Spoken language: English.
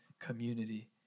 community